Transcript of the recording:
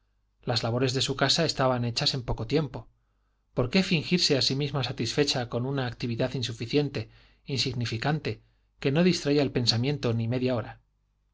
las labores de su casa estaban hechas en poco tiempo por qué fingirse a sí misma satisfecha con una actividad insuficiente insignificante que no distraía el pensamiento ni media hora